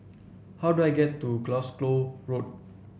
how do I get to Glasgow Road